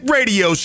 Radio